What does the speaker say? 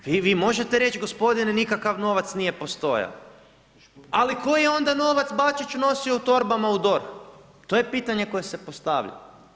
I vi možete reći, gospodine nikakav novac nije postojao, ali koji je onda novac Bačić nosio u torbama u DORH to je pitanje koje se postavlja.